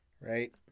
right